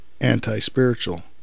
anti-spiritual